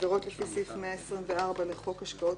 אנחנו חושבים שבעת חקיקת חוק,